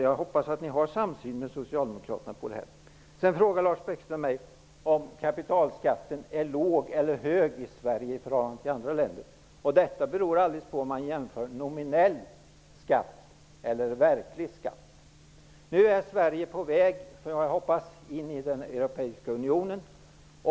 Jag hoppas att ni har en samsyn med Lars Bäckström frågade mig om kapitalskatten i Sverige är hög eller låg i förhållande till andra länder. Det beror på om man jämför nominell skatt eller verklig skatt. Nu är Sverige på väg -- får vi hoppas -- in i Europeiska unionen.